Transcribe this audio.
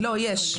לא, יש.